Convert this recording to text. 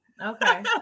Okay